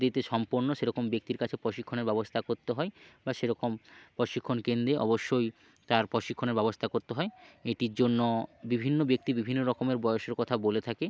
দিতে সম্পন্ন সেরকম ব্যক্তির কাছে প্রশিক্ষণের ব্যবস্থা করতে হয় বা সেরকম প্রশিক্ষণ কেন্দ্রে অবশ্যই তার প্রশিক্ষণের ব্যবস্থা করতে হয় এটির জন্য বিভিন্ন ব্যক্তি বিভিন্ন রকমের বয়সের কথা বলে থাকে